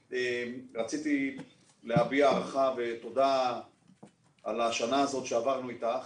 רציתי להביע הערכה ותודה על השנה הזאת שעברנו אתך.